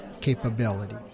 capability